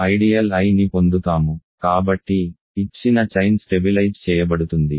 ideal Iని పొందుతాము కాబట్టి ఇచ్చిన చైన్ స్టెబిలైజ్ చేయబడుతుంది